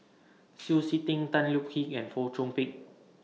Shui Tit Sing Tan Thoon Lip and Fong Chong Pik